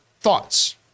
thoughts